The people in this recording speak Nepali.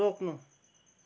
रोक्नु